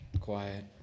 quiet